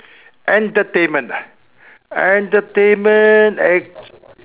entertainment ah entertainment act~